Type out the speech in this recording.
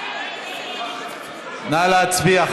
נא להצביע.